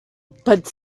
but